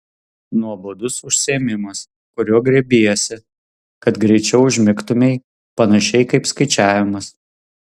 nuobodus užsiėmimas kurio griebiesi kad greičiau užmigtumei panašiai kaip skaičiavimas